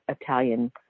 Italian